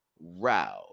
Route